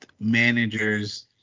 managers